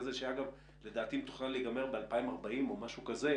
כזה שלדעתי מתוכנן להסתיים ב-2040 או משהו כזה